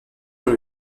dans